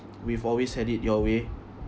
we've always had it your way